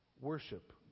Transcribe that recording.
Worship